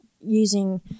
using